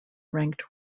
ranked